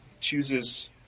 chooses